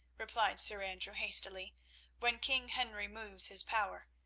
replied sir andrew hastily when king henry moves his power.